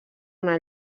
una